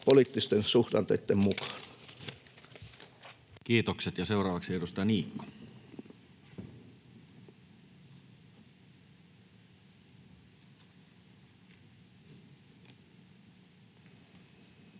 poliittisten suhdanteitten mukaan. Kiitokset. — Ja seuraavaksi edustaja Niikko.